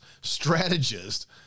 strategist